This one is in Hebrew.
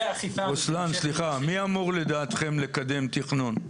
רוסלאן, סליחה, מי אמור לדעתכם לקדם תכנון?